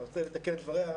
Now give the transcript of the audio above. אז אני רוצה לתקן את דבריה: